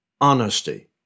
honesty